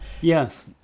Yes